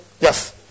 yes